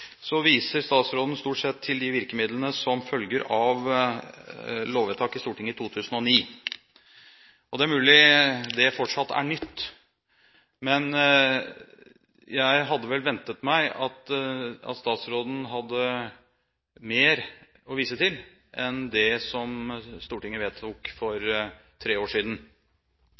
viser statsråden stort sett til de virkemidlene som følger av lovvedtak i Stortinget i 2009. Det er mulig det fortsatt er nytt, men jeg hadde vel ventet meg at statsråden hadde mer å vise til enn det som Stortinget vedtok for tre år siden.